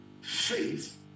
faith